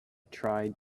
tried